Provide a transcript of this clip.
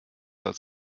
als